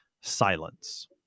Silence